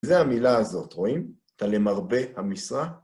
זו המילה הזאת, רואים? את הלמרבה המשרה.